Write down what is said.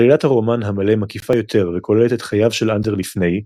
עלילת הרומן המלא מקיפה יותר וכוללת את חייו של אנדר לפני,